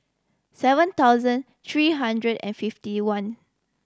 seven thousand three hundred and fifty one